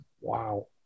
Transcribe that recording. Wow